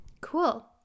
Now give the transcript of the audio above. Cool